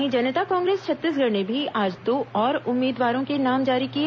वहीं जनता कांग्रेस छत्तीसगढ़ ने भी आज दो और उम्मीदवारों के नाम जारी किए